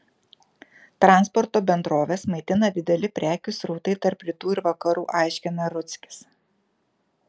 transporto bendroves maitina dideli prekių srautai tarp rytų ir vakarų aiškina rudzkis